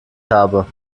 habe